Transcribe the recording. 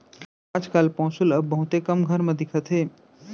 आज काल पौंसुल अब बहुते कम घर म दिखत हे